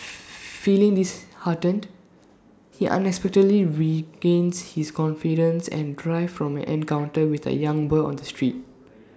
feeling disheartened he unexpectedly regains his confidence and drive from an encounter with A young boy on the street